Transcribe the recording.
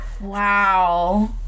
wow